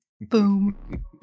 Boom